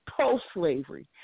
post-slavery